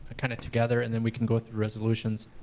kind of together, and then we can go through resolutions.